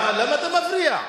למה אתה מפריע?